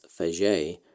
Faget